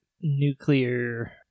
nuclear